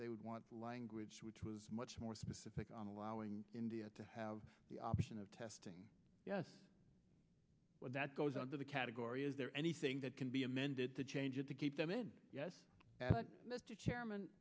they would want the language which was much more specific on allowing india to have the option of testing yes well that goes under the category is there anything that can be amended to change it to keep them in yes mr chairman